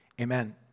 Amen